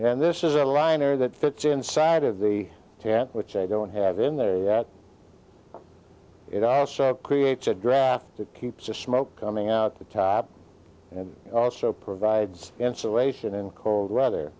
and this is a liner that fits inside of the tent which i don't have in there yet it also creates a draft that keeps the smoke coming out the top and also provides insulation in code rather